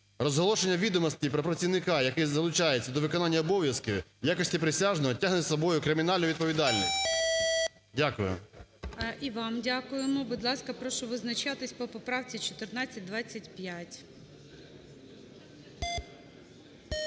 Розголошення відомостей про працівника, який залучається до виконання обов'язків в якості присяжного, тягне за собою кримінальну відповідальність". Дякую. ГОЛОВУЮЧИЙ. І вам дякуємо. Будь ласка, прошу визначатись по поправці 1425.